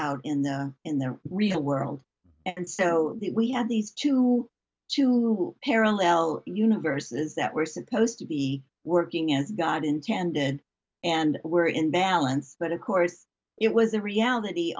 out in the in their real world and so we had these two two parallel universes that were supposed to be working as god intended and were in balance but of course it was a reality